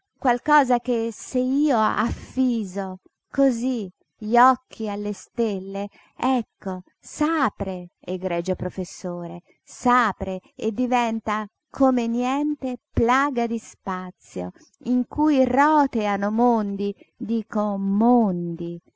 qualcosa che se io affiso cosí gli occhi alle stelle ecco s'apre egregio professore s'apre e diventa come niente piaga di spazio in cui roteano mondi dico mondi